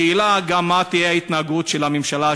השאלה היא מה תהיה ההתנהגות של הממשלה,